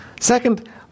Second